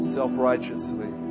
self-righteously